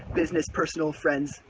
business, personal, friends,